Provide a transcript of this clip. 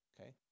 okay